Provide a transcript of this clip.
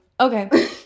okay